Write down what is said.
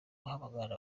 guhamagaza